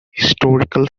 historical